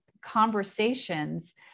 conversations